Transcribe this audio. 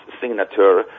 signature